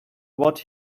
what